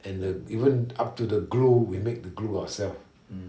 and uh even up to the glue we make the glue ourselves